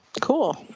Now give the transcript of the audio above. cool